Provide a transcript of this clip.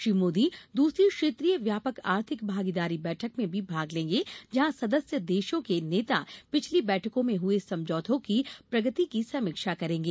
श्री मोदी दूसरी क्षेत्रीय व्यापक आर्थिक भागीदारी बैठक में भी भाग लेंगे जहां सदस्य देशों के नेता पिछली बैठकों में हए समझौतों की प्रगति की समीक्षा करेंगे